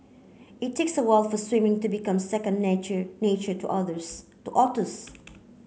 it takes a while for swimming to become second nature to others to otters